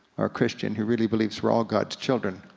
or a christian who really believes we're all god's children.